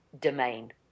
domain